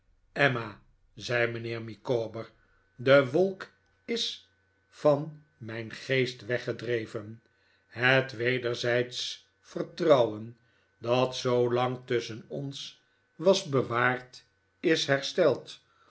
emma zei mijnheer micawber de wolk is van mijn geest weggedreven het wederzijdsch vertrouwen dat zoo lang tusschen ons was bewaard is hersteld